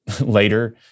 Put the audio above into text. later